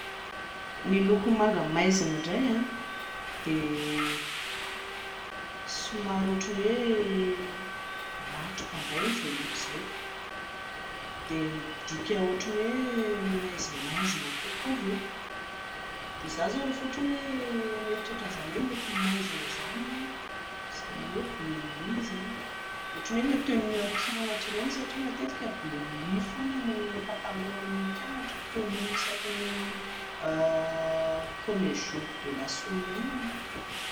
Ny loko manga maizina indray a, dia somary ohatran'ny hoe loko matroka indray izay loko izay, dia midika ohatran'ny hoe maizimaizina kokoa ve, dia izaho izao rehefa ohatra hoe mieritreritra an'izany hoe loko maizina izany a, izany hoe bleu nuit izany, ohatran'ny hoe ilay tenue an'ny mpianatra ireny satria matetika bleu nuit foana no patalohan'ny mpianatra, tenue isaky ny premier jour de la semaine